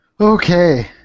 Okay